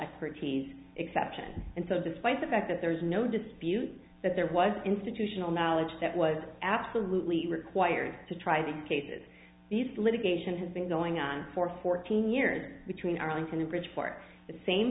expertise exception and so despite the fact that there is no dispute that there was institutional knowledge that was absolutely required to try the cases these litigation has been going on for fourteen years between arlington and bridgeport